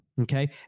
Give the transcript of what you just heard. Okay